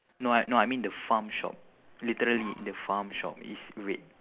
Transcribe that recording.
no I no I mean the farm shop literally the farm shop it's red